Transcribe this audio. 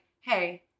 hey